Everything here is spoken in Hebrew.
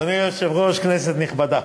אדוני היושב-ראש, כנסת נכבדה,